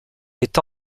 est